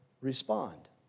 respond